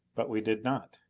but we did not.